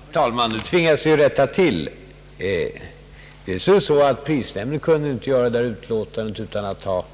Herr talman! Jag ser mig nödsakad att göra ett tillrättaläggande med anledning av herr Janssons senaste inlägg. För det första kunde prisnämnden inte avge det citerade utlåtandet utan att ha